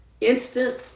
instant